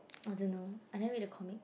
I don't know I don't read the comics